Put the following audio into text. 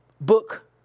book